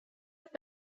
have